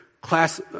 class